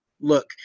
look